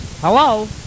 hello